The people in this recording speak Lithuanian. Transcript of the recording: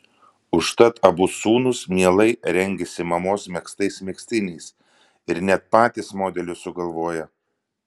užtat abu sūnūs mielai rengiasi mamos megztais megztiniais ir net patys modelius sugalvoja